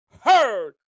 heard